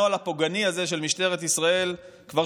הנוהל הפוגעני הזה של משטרת ישראל כבר